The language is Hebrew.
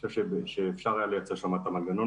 אתה יודע לנקוב במספר של כמה מעסיקים,